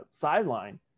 sideline